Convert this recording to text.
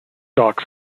dock